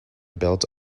built